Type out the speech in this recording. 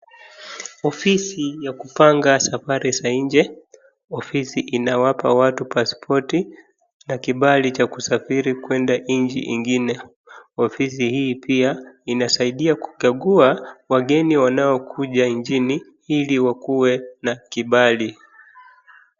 Ofisi ya kupanga safari za nje. Ofisi inawapa watu pasipoti na kibali cha kusafiri kwenda nchi ingine. Ofisi hii pia inasaidia kukagua wageni wanaokuja nchini ili wakue na kibali.